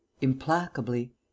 implacably